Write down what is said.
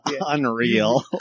unreal